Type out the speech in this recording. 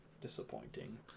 disappointing